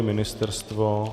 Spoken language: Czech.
Ministerstvo?